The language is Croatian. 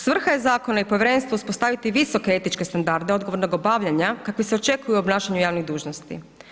Svrha je zakona i povjerenstva uspostaviti visoke etičke standarde odgovornog obavljanja kakvi se očekuju u obnašanju javnih dužnosti.